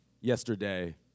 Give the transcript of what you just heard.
yesterday